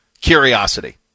curiosity